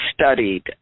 studied